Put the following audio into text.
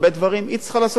זאת הטענה שלי,